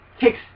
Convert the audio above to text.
takes